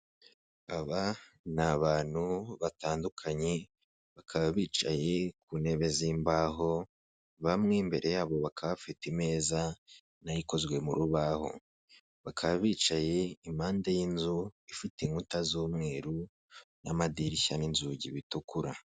Aba ni abantu batandukanye bakaba bicaye ku ntebe z'imbaho, bamwe imbere yabo bakaba bafite imeza nayo ikozwe mu rubaho, bakaba bicaye impande y'inzu ifite inkuta z'umweru n'amadirishya n'inzugi bitukura.